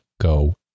go